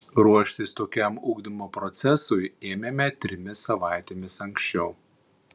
ruoštis tokiam ugdymo procesui ėmėme trimis savaitėmis anksčiau